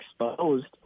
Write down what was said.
exposed